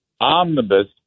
omnibus